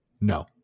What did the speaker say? No